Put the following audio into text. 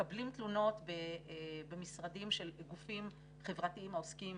מקבלים תלונות במשרדים של גופים חברתיים העוסקים